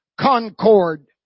Concord